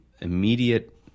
immediate